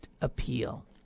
appeal